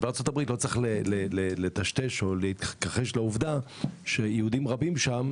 בארצות-הברית לא צריך לטשטש או להתכחש לעובדה שיהודים רבים שם